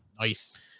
Nice